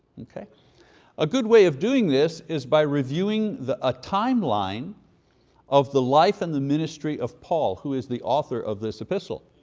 ah good way of doing this is by reviewing the ah timeline of the life and the ministry of paul, who is the author of this epistle.